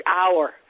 hour